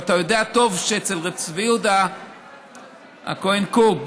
ואתה יודע טוב שאצל רבי צבי יהודה הכהן קוק,